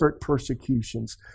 persecutions